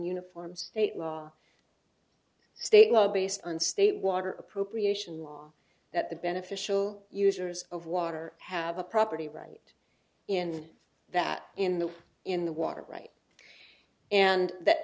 uniforms state law state law based on state water appropriation that the beneficial users of water have a property right in that in the in the water right and that